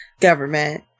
government